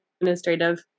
administrative